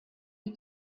you